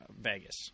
Vegas